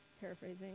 paraphrasing